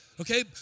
Okay